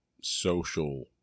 social